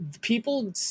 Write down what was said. People